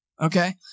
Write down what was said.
Okay